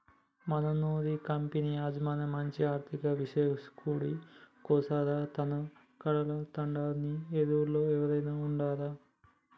మనూరి కంపెనీ యజమాని మంచి ఆర్థిక విశ్లేషకుడి కోసరం తనకలాడతండాడునీ ఎరుకలో ఎవురైనా ఉండారా